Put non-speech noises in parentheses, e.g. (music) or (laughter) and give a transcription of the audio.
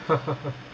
(laughs)